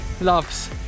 loves